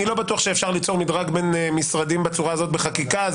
אני לא בטוח שאפשר ליצור מדרג בין משרדים בצורה הזאת בחקיקה.